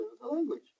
language